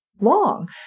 long